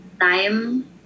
time